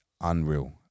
Unreal